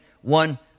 one